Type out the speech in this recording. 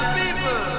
people